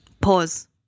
Pause